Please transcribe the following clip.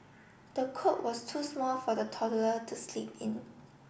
the cot was too small for the toddler to sleep in